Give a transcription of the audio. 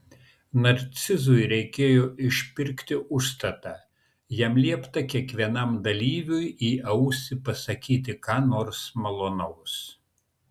narcizui reikėjo išpirkti užstatą jam liepta kiekvienam dalyviui į ausį pasakyti ką nors malonaus